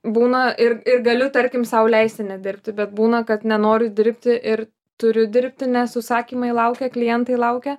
būna ir ir galiu tarkim sau leisti nedirbti bet būna kad nenori dirbti ir turiu dirbti nes užsakymai laukia klientai laukia